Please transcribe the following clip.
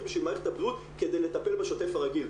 בשביל מערכת הבריאות כדי לטפל בשוטף הרגיל.